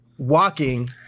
Walking